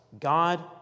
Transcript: God